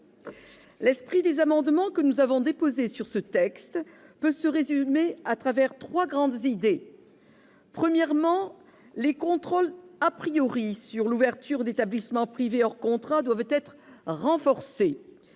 L'esprit des amendements que nous avons déposés sur ce texte peut se résumer en trois grandes idées. Premièrement, les contrôles concernant l'ouverture d'établissements privés hors contrat doivent être renforcés